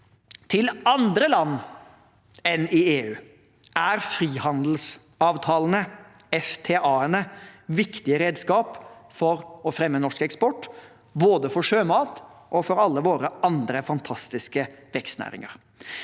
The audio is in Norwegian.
Til andre land enn i EU er frihandelsavtalene, FTAene, viktige redskaper for å fremme norsk eksport, både for sjømat og for alle våre andre fantastiske vekstnæringer.